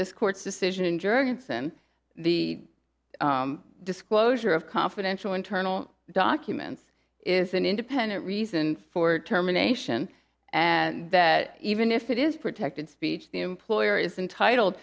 this court's decision in jurgensen the disclosure of confidential internal documents is an independent reason for terminations and that even if it is protected speech the employer is intitled